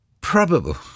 probable